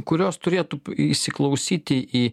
kurios turėtų įsiklausyti į